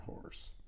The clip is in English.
horse